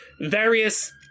various